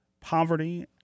poverty